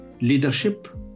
leadership